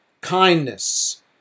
kindness